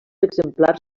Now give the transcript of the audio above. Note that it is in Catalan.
exemplars